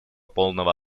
полного